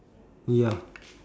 ya